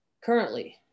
Currently